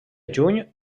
juny